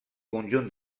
conjunt